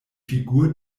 figur